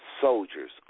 soldiers